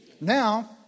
Now